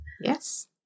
Yes